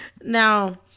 Now